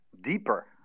deeper